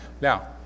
Now